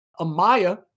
Amaya